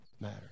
matter